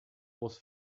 was